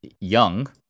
young